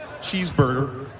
cheeseburger